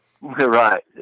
Right